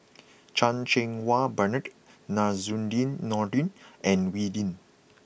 Chan Cheng Wah Bernard Zainudin Nordin and Wee Lin